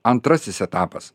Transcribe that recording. antrasis etapas